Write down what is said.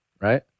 right